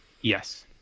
Yes